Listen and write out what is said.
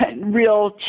real